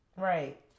Right